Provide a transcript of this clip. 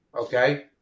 Okay